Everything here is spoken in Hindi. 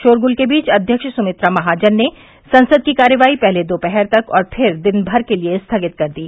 शोरगुल के बीच अध्यक्ष सुमित्रा महाजन ने संसद की कार्यवाही पहले दोपहर तक और फिर दिनभर के लिए स्थगित कर दी